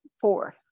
four